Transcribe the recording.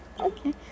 Okay